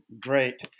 great